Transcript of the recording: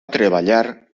treballar